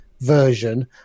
version